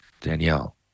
Danielle